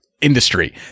Industry